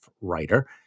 writer